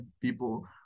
people